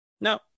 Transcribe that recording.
No